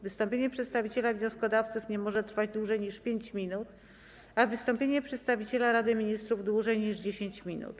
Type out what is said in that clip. Wystąpienie przedstawiciela wnioskodawców nie może trwać dłużej niż 5 minut, a wystąpienie przedstawiciela Rady Ministrów - dłużej niż 10 minut.